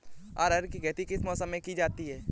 अरहर की खेती किस मौसम में की जाती है?